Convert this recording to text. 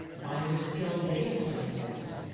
buy the skilled data scientists,